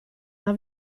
una